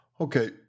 okay